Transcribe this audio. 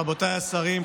רבותיי השרים,